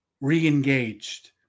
re-engaged